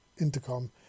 intercom